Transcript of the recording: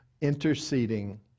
interceding